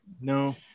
no